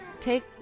take